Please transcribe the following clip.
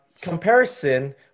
Comparison